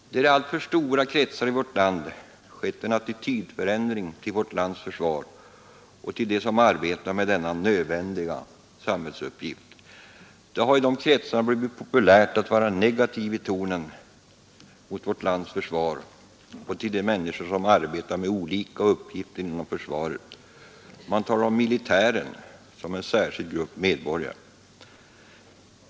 Det har i alltför stora kretsar i vårt land skett en attitydförändring till vårt lands försvar och till dem som arbetar med denna nödvändiga samhällsuppgift. Det har i dessa kretsar blivit ”populärt” att vara negativ i tonen mot vårt lands försvar och mot de människor som arbetar med olika uppgifter inom försvaret. Man talar om ”militären” som en särskild grupp medborgare.